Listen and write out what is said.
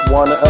one